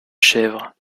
chèvre